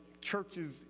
churches